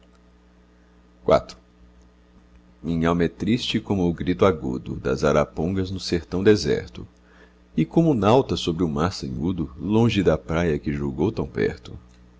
triste minhalma é triste como o grito agudo das arapongas no sertão deserto e como o nauta sobre o mar sanhudo longe da praia que julgou tão perto